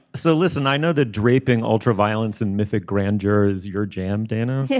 so listen i know the draping ultraviolence and mythic grand jurors your jam dana yeah